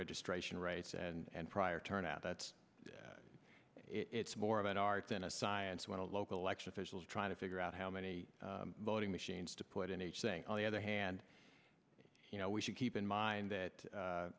registration rights and prior turns out that it's more about art than a science when a local election officials try to figure out how many voting machines to put an age thing on the other hand you know we should keep in mind that